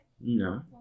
No